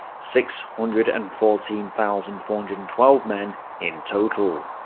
six hundred and fourteen thousand four hundred and twelve men in total.